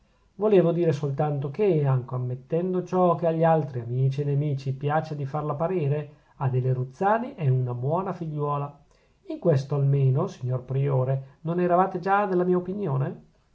volevo dire soltanto che anco ammettendo ciò che agli altri amici e nemici piace di farla parere adele ruzzani è una buona figliuola in questo almeno signor priore non eravate già della mia opinione